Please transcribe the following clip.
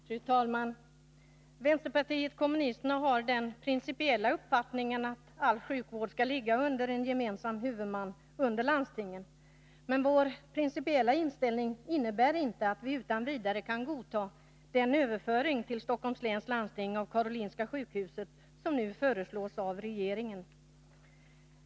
Fru talman! Vänsterpartiet kommunisterna har den principiella uppfattningen att all sjukvård skall sortera under en gemensam huvudman, under landstingen. Men vår principiella inställning innebär inte att vi utan vidare kan godta den överföring till Stockholms läns landsting av Karolinska sjukhuset som nu föreslås av regeringen.